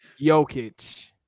Jokic